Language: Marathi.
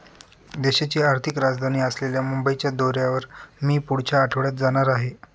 देशाची आर्थिक राजधानी असलेल्या मुंबईच्या दौऱ्यावर मी पुढच्या आठवड्यात जाणार आहे